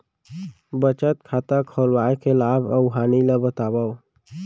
बचत खाता खोलवाय के लाभ अऊ हानि ला बतावव?